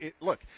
look